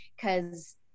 because-